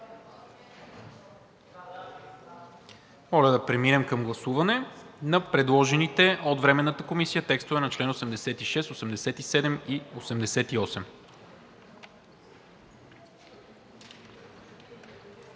Моля да преминем към гласуване на предложените от Временната комисия текстове на членове 86, 87 и 88.